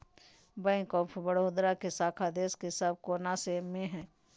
bank of Baroda के शाखा देश के सब कोना मे हय